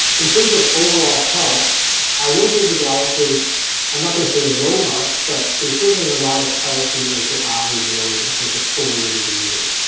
in terms of overall health i will give the gallicas i'm not going to say a low mark but they certainly are not as healthy as your average rose and terms of foliar diseases.